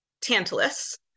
Tantalus